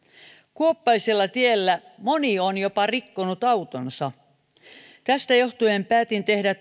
kuoppaisella tiellä moni on jopa rikkonut autonsa tästä johtuen päätin tehdä